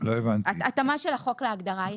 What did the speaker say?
של החוק להגדרה.